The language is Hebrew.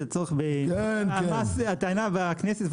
הטענה בכנסת,